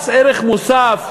מס ערך מוסף,